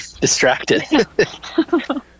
distracted